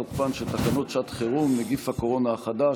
תוקפן של תקנות שעת חירום (נגיף הקורונה חדש,